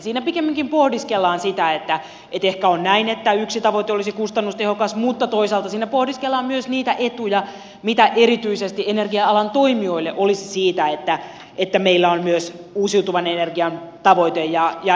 siinä pikemminkin pohdiskellaan sitä että ehkä on näin että yksi tavoite olisi kustannustehokas mutta toisaalta siinä pohdiskellaan myös niitä etuja mitä erityisesti energia alan toimijoille olisi siitä että meillä on uusituvan energian tavoite ja energiatehokkuustavoite